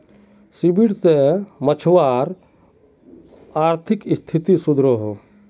seaweed से मछुवारार अआर्थिक स्तिथि सुधरोह